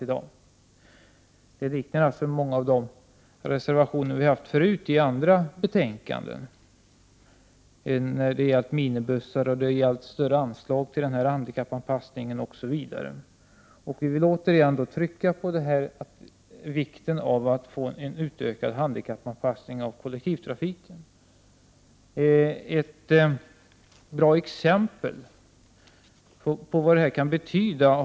Reservationen liknar alltså många av de reservationer som vi har haft tidigare i andra betänkanden. Det har gällt minibussar, större anslag till handikappanpassningen, osv. Återigen vill vi understryka vikten av att kollektivtrafiken blir mer handikappanpassad. I Borås har vi ett bra exempel på vad det här kan betyda.